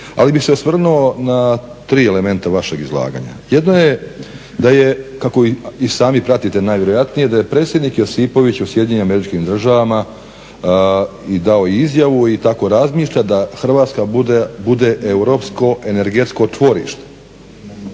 ali bih se osvrnuo na tri elementa vašeg izlaganja. Jedno je da je kako i sami pratite najvjerojatnije da je predsjednik Josipović u Sjedinjenim Američkim Državama i dao i izjavu i tako razmišlja da Hrvatska bude europsko energetskog tvorište.